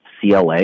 CLA